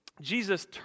Jesus